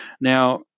Now